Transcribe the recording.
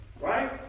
right